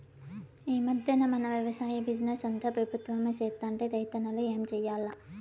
ఈ మధ్దెన మన వెవసాయ బిజినెస్ అంతా పెబుత్వమే సేత్తంటే రైతన్నలు ఏం చేయాల్ల